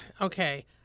okay